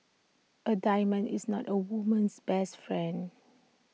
A diamond is not A woman's best friend